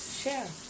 share